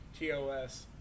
TOS